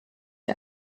are